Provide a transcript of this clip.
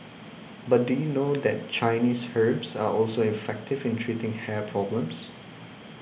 but do you know that Chinese herbs are also effective in treating hair problems